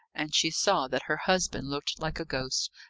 and she saw that her husband looked like a ghost,